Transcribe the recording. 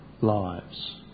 lives